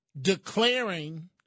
declaring